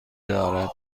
دارد